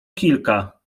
kilka